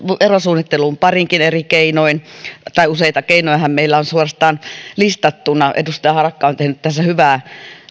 verosuunnitteluun parillakin eri keinolla tai useita keinojahan meillä on suorastaan listattuna edustaja harakka on tehnyt tässä hyvää